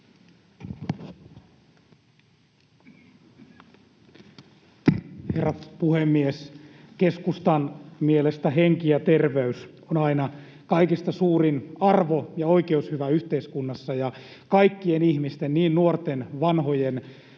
Herra puhemies! Keskustan mielestä henki ja terveys on aina kaikista suurin arvo ja oikeushyvä yhteiskunnassa, ja kaikkien ihmisten — niin nuorten, vanhojen,